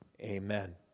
Amen